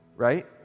Right